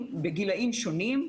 אנשים.